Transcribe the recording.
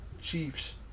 Chiefs